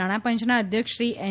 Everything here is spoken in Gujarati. નાણાંપંચના અધ્યક્ષ શ્રી એન